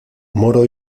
moro